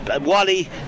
Wally